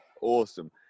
Awesome